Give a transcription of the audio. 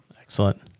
Excellent